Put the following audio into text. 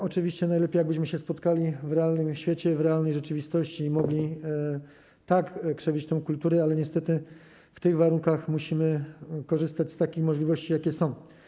Oczywiście najlepiej by było, jakbyśmy się spotkali w realnym świecie i w realnej rzeczywistości i mogli tak krzewić kulturę, ale niestety w obecnych warunkach musimy korzystać z takich możliwości, jakie są.